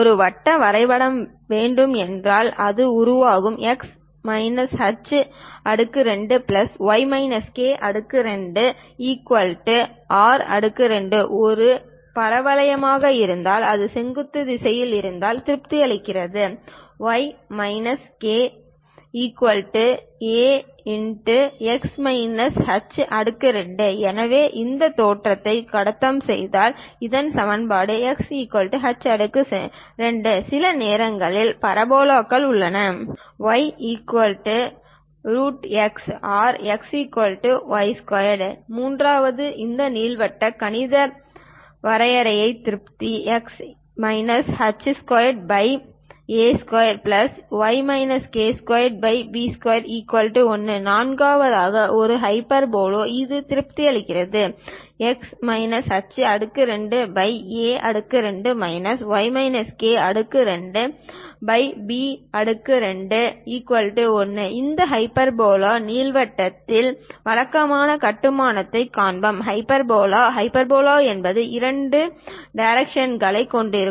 ஒரு வட்டம் வரையப்பட வேண்டும் என்றால் அது உருவாகிறது x h2y k2r2 இது ஒரு பரவளையமாக இருந்தால் அது செங்குத்து திசையில் இருந்தால் திருப்தி அளிக்கிறது a×x h2 எனவே இது இந்த தோற்றத்தை கடந்து சென்றால் அந்த சமன்பாடு yx2 சில நேரங்களில் பரபோலாக்கள் உள்ளன yx or xy2 மூன்றாவது ஒரு நீள்வட்டம் கணித வரையறை திருப்தி x h2a2y k2b21 நான்காவது ஒரு ஹைப்பர்போலா இது திருப்தி அளிக்கிறது x h2a2 y k2b21 இந்த ஹைப்பர்போலா ஆ நீள்வட்டத்தின் வழக்கமான கட்டுமானத்தைக் காண்போம் ஹைபர்போலா ஹைப்பர்போலா எப்போதும் இரண்டு டைரக்ட்ரைஸ்களைக் கொண்டிருக்கும்